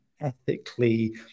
ethically